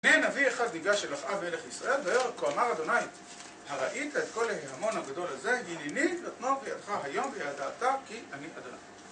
והנה נביא אחד ניגש אל אחאב מלך ישראל, ויאמר, כה אמר אדוני, הראית את כל ההמון הגדול הזה? הנני נותנו בידך היום, וידעת כי אני אדוני.